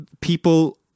people